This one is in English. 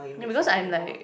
ya because I'm like